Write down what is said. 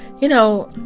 you know,